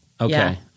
Okay